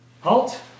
Halt